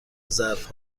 ظرف